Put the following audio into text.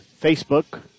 Facebook